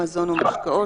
מזון ומשקאות,